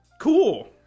cool